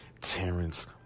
Terrence